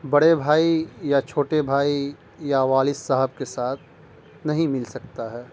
بڑے بھائی یا چھوٹے بھائی یا والد صاحب کے ساتھ نہیں مل سکتا ہے